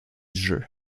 jeu